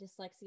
dyslexia